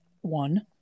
one